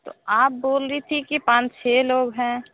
तो आप बोल रही थीं कि पाँच छ लोग हैं